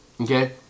Okay